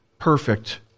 perfect